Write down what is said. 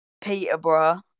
Peterborough